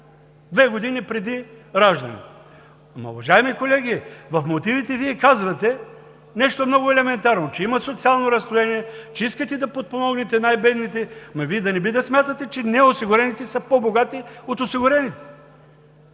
две години преди раждането. Но, уважаеми колеги, в мотивите Вие казвате нещо много елементарно: че има социално разслоение, че искате да подпомогнете най-бедните, ама да не би да смятате, че неосигурените са по-богати от осигурените?